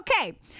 Okay